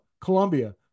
Colombia